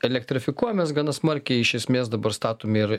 elektrifikuojamės gana smarkiai iš esmės dabar statomi ir